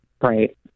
Right